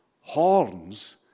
Horns